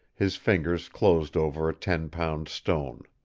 his fingers closed over a ten-pound stone.